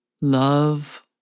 love